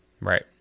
Right